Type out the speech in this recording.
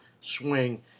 swing